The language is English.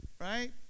right